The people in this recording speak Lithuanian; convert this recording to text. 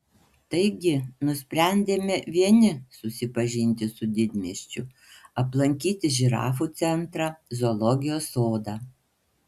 taigi nusprendėme vieni susipažinti su didmiesčiu aplankyti žirafų centrą zoologijos sodą